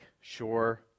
sure